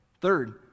Third